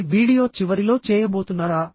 ఈ వీడియో చివరిలో చేయబోతున్నారా